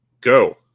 go